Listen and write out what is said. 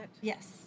Yes